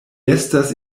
estas